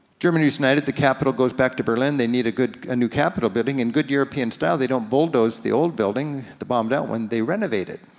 germany's united, the capital goes back to berlin, they need a new capital building. in good european style they don't bulldoze the old building, the bombed out one, they renovated,